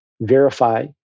verify